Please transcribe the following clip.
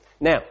Now